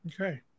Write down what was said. Okay